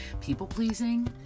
people-pleasing